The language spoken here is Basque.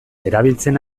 erabiltzen